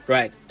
Right